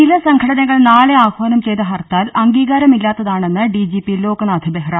ചില സംഘടനകൾ നാളെ ആഹ്വാനം ചെയ്ത്ത ഹർത്താൽ അംഗീകാരമില്ലാത്താണെന്ന് ഡിജിപി ല്ലോക്നാഥ് ബെഹ്റ